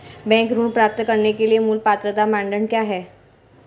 Bank ऋण प्राप्त करने के लिए मूल पात्रता मानदंड क्या हैं?